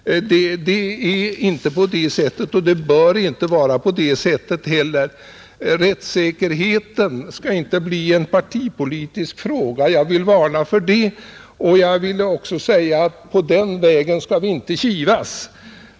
Det är inte på det sättet, och det bör inte vara på det sättet. Rättssäkerheten får inte bli en partipolitisk fråga; jag vill varna för det, och jag vill säga att på den vägen skall vi inte kivas.